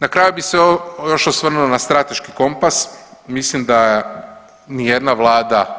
Na kraju bih se još osvrnuo na strateški kompas, mislim da nijedna vlada